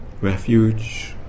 refuge